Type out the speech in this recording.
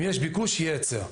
אם יש ביקוש יהיה היצע,